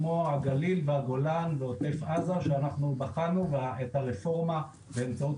כמו הגליל והגולן ועוטף עזה שאנחנו בחנו את הרפורמה באמצעות